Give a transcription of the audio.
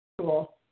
Cool